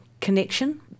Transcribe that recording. connection